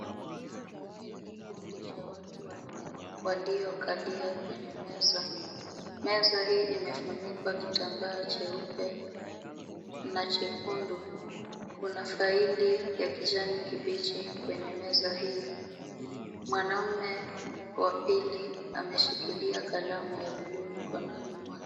Hiki ni kikundi cha watu wanne waliokalia kwenye meza. Meza hii imefunikwa kitambaa cheupe na chekundu. Kuna faili ya kijani kibichi kwenye meza hii. Mwanaume wa pili ameshikilia kalamu ya blue mikononi mwake.